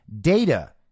Data